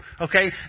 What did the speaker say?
okay